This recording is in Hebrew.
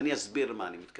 ואני אסביר למה אני מתכוון.